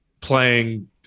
playing